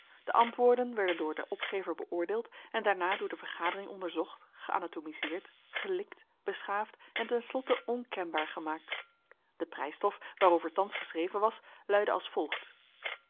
de antwoorden werden door den opgever beoordeeld en daarna door de vergadering onderzocht geanatomiseerd gelikt beschaafd en ten slotte onkenbaar gemaakt de prijsstof waarover thans geschreven was luidde als volgt